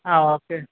ആ ഓക്കെ